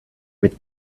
with